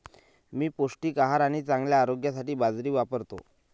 मी पौष्टिक आहार आणि चांगल्या आरोग्यासाठी बाजरी वापरतो